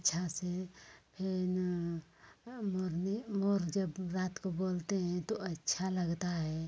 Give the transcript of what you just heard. अच्छा से फिर मोरनी मोर जब रात को बोलते हैं तो अच्छा लगता है